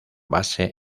base